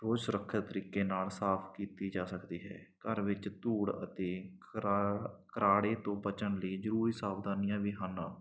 ਸੁਰੱਖਿਅਤ ਤਰੀਕੇ ਨਾਲ ਸਾਫ ਕੀਤੀ ਜਾ ਸਕਦੀ ਹੈ ਘਰ ਵਿੱਚ ਧੂੜ ਅਤੇ ਤੋਂ ਬਚਣ ਲਈ ਜ਼ਰੂਰੀ ਸਾਵਧਾਨੀਆਂ ਵੀ ਹਨ